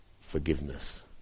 forgiveness